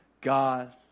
God